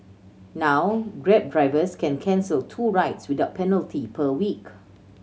now Grab drivers can cancel two rides without penalty per week